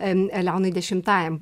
leonui dešimtajam